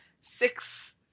six